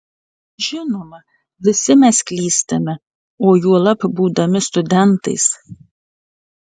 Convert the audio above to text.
žinoma visi mes klystame o juolab būdami studentais